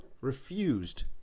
refused